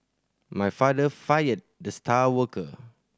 my father fired the star worker